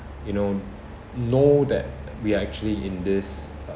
you know know that we are actually in this uh